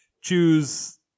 choose